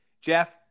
Jeff